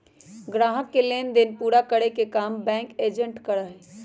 ग्राहकों के लेन देन पूरा करे के काम बैंक एजेंट करा हई